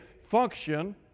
function